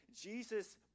jesus